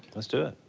let's do it.